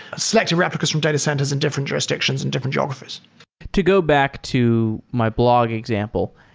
select your replicas from data centers in different jurisdictions and different geographies to go back to my blog example,